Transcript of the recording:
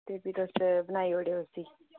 ते फ्ही तुस बनाई ओड़ेओ उस्सी